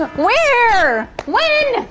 ah where? when?